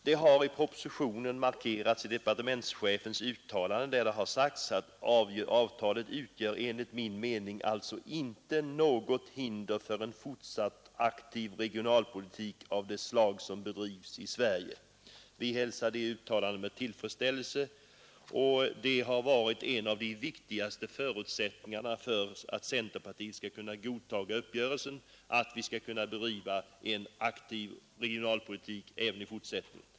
Detta har i propositionen markerats genom departementschefens uttalande, att avtalet enligt hans mening inte utgör något hinder för en fortsatt aktiv regionalpolitik av det slag som bedrivs i Sverige. Vi hälsar detta uttalande med tillfredsställelse. En av de viktigaste förutsättningarna för att centerpartiet skulle kunna godta uppgörelsen har varit att vi skall kunna bedriva en aktiv regionalpolitik även i fortsättningen.